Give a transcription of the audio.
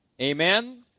Amen